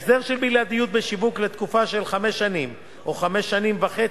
הסדר של בלעדיות בשיווק לתקופה של חמש שנים או חמש וחצי